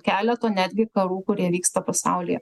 keleto netgi karų kurie vyksta pasaulyje